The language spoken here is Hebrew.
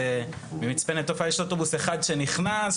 ממצפה נטופה יש אוטובוס אחד שנכנס,